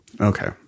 Okay